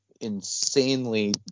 insanely